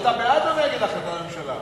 אתה בעד או נגד החלטת הממשלה?